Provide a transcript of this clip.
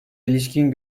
ilişkin